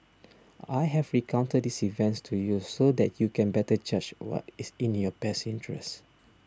I have recounted these events to you so that you can better judge what is in your best interests